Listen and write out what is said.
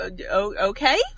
Okay